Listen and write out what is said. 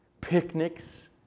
picnics